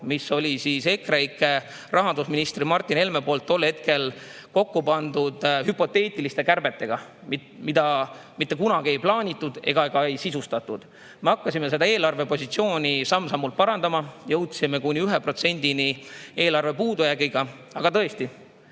mis oli EKREIKE rahandusministri Martin Helme poolt tol hetkel kokku pandud hüpoteetiliste kärbetega, mida mitte kunagi ei plaanitud ega sisustatud. Me hakkasime seda eelarvepositsiooni samm-sammult parandama, jõudsime eelarve puudujäägiga kuni